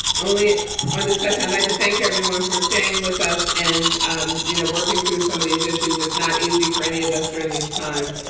only on discussion i'd like to thank everyone for staying with us and um you know working through some of these issues is not easy for any of us during these times,